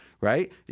right